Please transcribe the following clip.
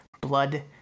Blood